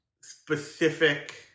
specific